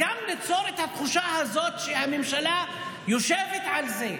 גם ליצור את התחושה הזאת שהממשלה יושבת על זה,